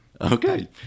okay